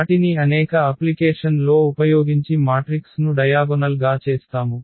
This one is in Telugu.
వాటిని అనేక అప్లికేషన్ లో ఉపయోగించి మాట్రిక్స్ ను డయాగొనల్ గా చేస్తాము